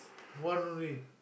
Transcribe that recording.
one only